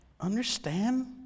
understand